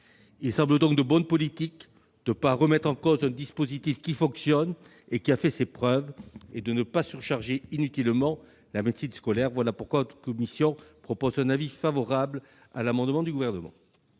Il semble donc de bonne politique de ne pas remettre en cause un dispositif qui fonctionne et a fait ses preuves et de ne pas surcharger inutilement la médecine scolaire. C'est pourquoi la commission a émis un avis favorable sur l'amendement n° 405 du Gouvernement.